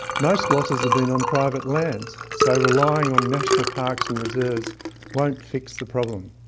most losses have been on private lands, so relying on national parks and reserves won't fix the problem.